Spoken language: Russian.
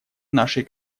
нашей